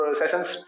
sessions